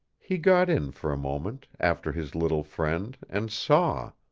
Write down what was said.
he got in for a moment after his little friend and saw.